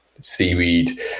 seaweed